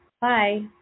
Bye